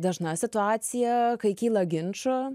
dažna situacija kai kyla ginčų